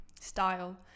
style